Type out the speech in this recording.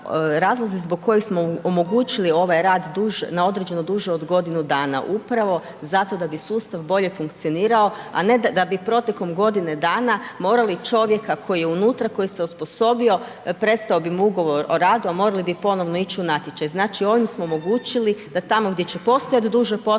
razlozi zbog kojih smo omogućili ovaj rad, na određeno, duže od godine dana, upravo da bi sustav bolje funkcionirao, a ne da bi protekom godine dana, morali čovjeka, koji je unutra, koji se osposobio, prestao bi mu ugovor o radu, a morali bi ponovno ići u natječaj. Znači ovim se omogućili da tamo gdje će postojati duža potreba